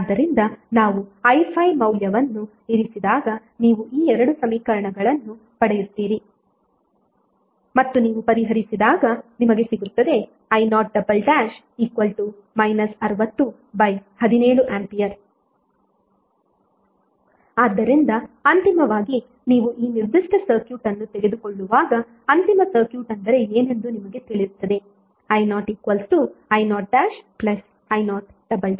ಆದ್ದರಿಂದ ನಾವು i5 ಮೌಲ್ಯವನ್ನು ಇರಿಸಿದಾಗ ನೀವು ಈ ಎರಡು ಸಮೀಕರಣಗಳನ್ನು ಪಡೆಯುತ್ತೀರಿ ಮತ್ತು ನೀವು ಪರಿಹರಿಸಿದಾಗ ನಿಮಗೆ ಸಿಗುತ್ತದೆ i0 6017A ಆದ್ದರಿಂದ ಅಂತಿಮವಾಗಿ ನೀವು ಈ ನಿರ್ದಿಷ್ಟ ಸರ್ಕ್ಯೂಟ್ ಅನ್ನು ತೆಗೆದುಕೊಳ್ಳುವಾಗ ಅಂತಿಮ ಸರ್ಕ್ಯೂಟ್ ಅಂದರೆ ಏನೆಂದು ನಿಮಗೆ ತಿಳಿಯುತ್ತದೆ i0i0i0